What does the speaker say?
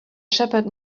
shepherd